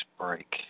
break